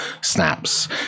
snaps